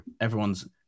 Everyone's